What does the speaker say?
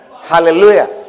Hallelujah